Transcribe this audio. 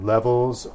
Levels